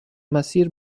مسیر